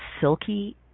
silky